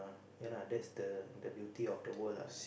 ya lah that's the the beauty of the world lah